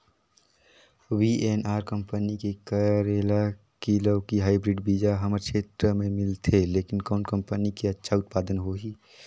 VNR company के करेला की लौकी हाईब्रिड बीजा हमर क्षेत्र मे मिलथे, लेकिन कौन कंपनी के अच्छा उत्पादन होही?